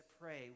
pray